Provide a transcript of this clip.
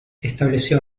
estableció